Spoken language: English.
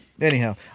Anyhow